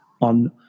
on